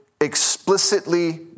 explicitly